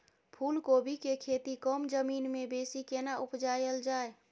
फूलकोबी के खेती कम जमीन मे बेसी केना उपजायल जाय?